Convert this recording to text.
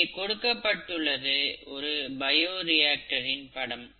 இங்கே கொடுக்கப்பட்டுள்ளது ஒரு பயோரியாக்டரின் படம்